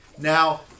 Now